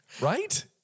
Right